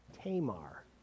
Tamar